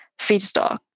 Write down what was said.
feedstock